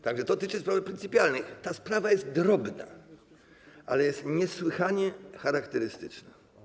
Tak że to dotyczy sprawy pryncypialnej, ta sprawa jest drobna, ale jest niesłychanie charakterystyczna.